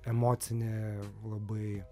emocinį labai